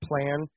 Plan